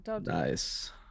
Nice